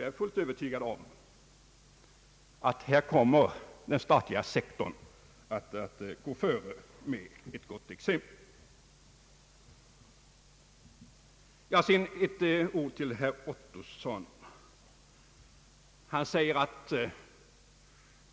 Jag är övertygad om att den statliga sektorn på detta område kommer att gå före med gott exempel. Så ett ord till herr Ottosson. Han säger att